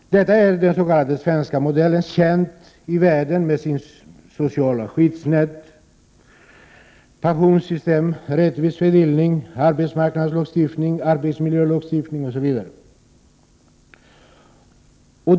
Den s.k. svenska modellen är känd i världen för sitt sociala skyddsnät, sitt pensionssystem, sin rättvisa fördelning, sin arbetsmarknadslagstiftning, arbetsmiljölagstiftning OSV.